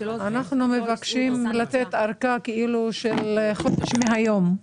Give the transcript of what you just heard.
אנחנו מבקשים לתת ארכה של חודש מהיום.